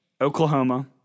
Oklahoma